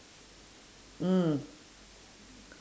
mm